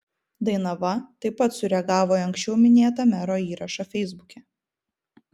dainava taip pat sureagavo į anksčiau minėtą mero įrašą feisbuke